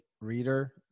reader